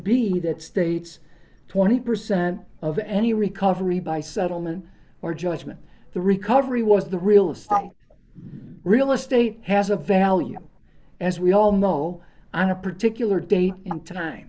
be that states twenty percent of any recovery by settlement or judgment the recovery was the realist real estate has a value as we all know on a particular day in time